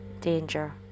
danger